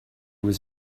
was